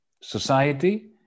society